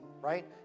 right